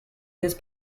his